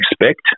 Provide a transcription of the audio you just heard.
expect